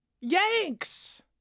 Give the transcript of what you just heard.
yanks